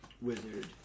wizard